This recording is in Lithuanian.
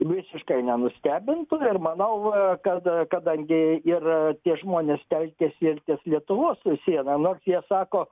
visiškai nenustebintų ir manau kad kadangi ir tie žmonės telkiasi ir ties lietuvos siena nors jie sako